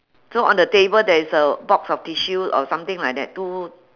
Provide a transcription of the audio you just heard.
so on the table there is a box of tissue or something like that two